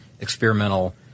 experimental